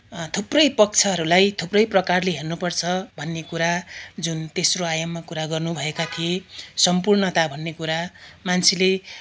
थुप्रै पक्षहरूलाई थुप्रै प्रकारले हेर्नुपर्छ भन्ने कुरा जुन तेस्रो आयाममा कुरा गर्नुभएका थिए सम्पूर्णता भन्ने कुरा मान्छेले